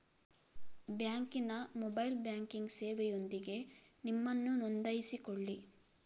ಬ್ಯಾಂಕಿನ mobile banking ಸೇವೆಯೊಂದಿಗೆ ನಿಮ್ಮನ್ನು ನೋಂದಾಯಿಸಿಕೊಳ್ಳಿ